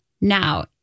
Now